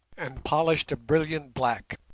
and polished a brilliant black,